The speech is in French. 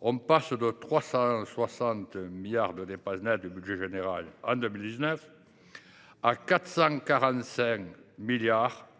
on passe de 360 milliards d’euros de dépenses nettes du budget général en 2019 à 445 milliards d’euros en